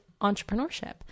entrepreneurship